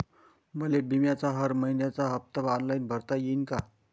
मले बिम्याचा हर मइन्याचा हप्ता ऑनलाईन भरता यीन का?